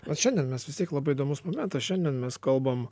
bet šiandien mes vis tiek labai įdomus momentas šiandien mes kalbam